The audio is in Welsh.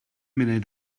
munud